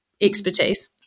expertise